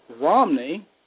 Romney